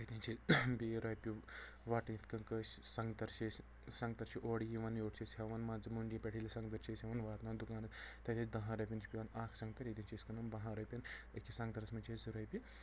تتٮ۪ن چھِ بیٚیہِ رۄپیہِ وٹھٕ یِتھ کٔنۍ کٲشر سنٛگتر چھِ أسۍ سنٛگتر چھِ اورٕ یِوان یورٕ چھِ أسۍ ہٮ۪وان مان زٕ منڈی پٮ۪ٹھ ییٚلہِ أسۍ سنگتر چھِ یِوان واتناون دکانہٕ تتہِ ٲسۍ دہن رۄپین چھُ پٮ۪وان اکھ سنٛگتر ییٚتٮ۪ن چھِ أسۍ کٕنان بہن رۄپین أکِس سنٛگترس مںٛز چھِ أسۍ زٕ رۄپیہِ